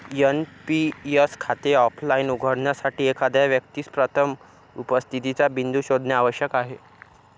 NPS खाते offline उघडण्यासाठी, एखाद्या व्यक्तीस प्रथम उपस्थितीचा बिंदू शोधणे आवश्यक आहे